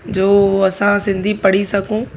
जो असां सिंधी पढ़ी सघूं